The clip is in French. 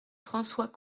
françois